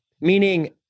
Meaning